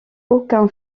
aucun